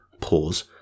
pause